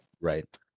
right